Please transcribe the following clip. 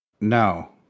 no